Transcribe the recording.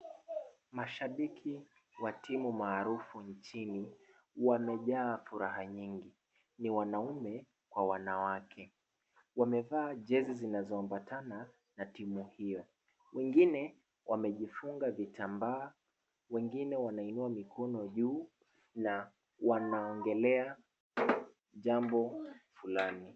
Mashabiki wa timu maarufu nchini wamejaa furaha nyingi, ni wanaume kwa wanawake. Wamevaa jezi zinazoambatana na timu hiyo. Wengine wamejifunga vitambaa wengine wanainua mikono juu na wanaongelea jambo fulani.